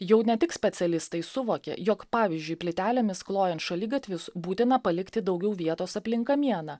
jau ne tik specialistai suvokė jog pavyzdžiui plytelėmis klojant šaligatvius būtina palikti daugiau vietos aplink kamieną